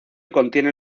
contiene